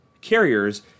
carriers